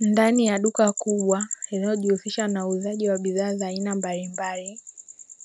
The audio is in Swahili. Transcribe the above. Ndani ya duka kubwa linalojihusisha na uuzaji wa bidhaa za aina mbalimbali.